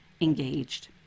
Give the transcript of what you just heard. engaged